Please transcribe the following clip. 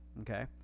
okay